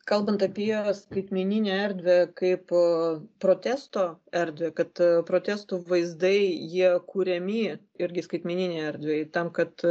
kalbant apie skaitmeninę erdvę kaip protesto erdvę kad protestų vaizdai jie kuriami irgi skaitmeninėj erdvėj tam kad